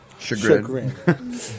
Chagrin